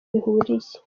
bihuriye